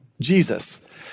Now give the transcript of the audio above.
Jesus